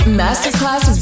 masterclass